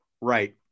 right